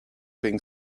being